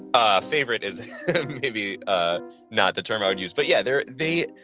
a favorite is maybe ah not the term i would use, but yeah, there they